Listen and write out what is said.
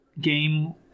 game